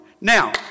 Now